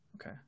okay